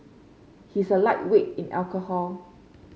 he is a lightweight in alcohol